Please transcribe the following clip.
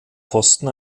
posten